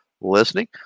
listening